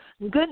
Good